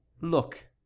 Look